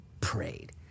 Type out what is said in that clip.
prayed